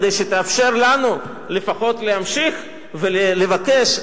כדי שתאפשר לנו לפחות להמשיך לבקש,